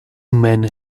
men